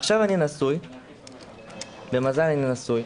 עכשיו במזל אני נשוי,